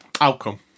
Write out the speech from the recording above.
outcome